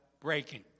breaking